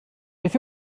beth